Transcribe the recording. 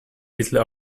little